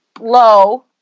low